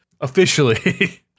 officially